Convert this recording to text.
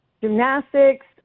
gymnastics